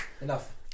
Enough